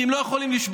כי הם לא יכולים לשבות?